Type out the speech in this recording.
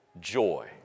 joy